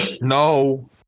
no